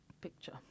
picture